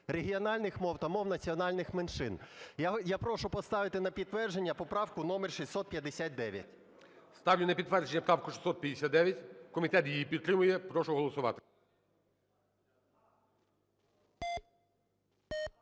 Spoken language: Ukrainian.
регіональних мов та мов національних меншин. Я прошу поставити на підтвердження поправку номер 659. ГОЛОВУЮЧИЙ. Ставлю на підтвердження правку 659, комітет її підтримує. Прошу голосувати.